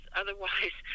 otherwise